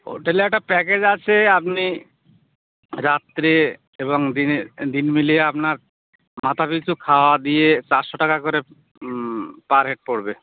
হোটেলে একটা প্যাকেজ আছে আপনি রাত্রে এবং দিনে দিন মিলিয়ে আপনার মাথাপিছু খাওয়া দিয়ে চারশো টাকা করে পার হেড পড়বে